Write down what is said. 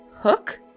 hook